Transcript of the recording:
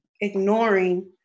ignoring